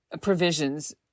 provisions